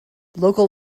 local